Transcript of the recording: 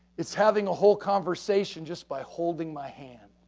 it's having a whole conversation just by holding my hand.